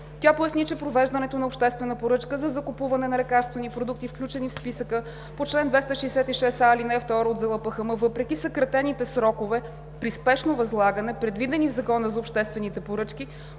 Тя поясни, че провеждането на обществена поръчка за закупуване на лекарствени продукти, включени в списъка по чл. 266а, ал. 2 от ЗЛПХМ, въпреки съкратените срокове при спешно възлагане, предвидени в Закона за обществените поръчки,